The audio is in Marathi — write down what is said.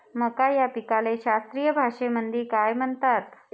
मका या पिकाले शास्त्रीय भाषेमंदी काय म्हणतात?